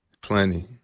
Plenty